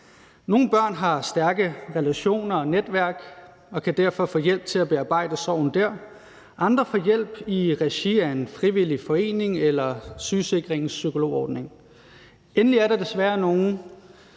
Nogle børn har stærke relationer og netværk og kan derfor få hjælp til at bearbejde sorgen dér, andre får hjælp i regi af en frivillig forening eller sygesikringens psykologordning. Endelig er der desværre nogle,